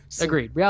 Agreed